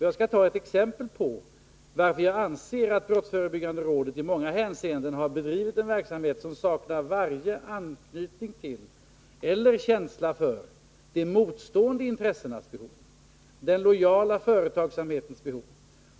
Jag skall ta ett exempel på varför jag anser att brottsförebyggande rådet i många hänseenden har drivit en verksamhet som saknar varje anknytning till eller känsla för de motstående intressenas behov, den lojala företagsamhetens behov.